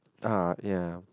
ah ya